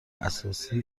اساسی